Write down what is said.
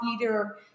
leader